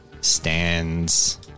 stands